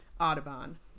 Audubon